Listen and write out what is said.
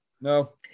No